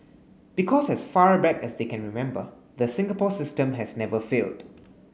because as far back as they can remember the Singapore system has never failed